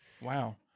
Wow